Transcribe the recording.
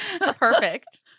Perfect